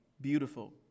beautiful